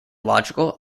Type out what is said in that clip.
logical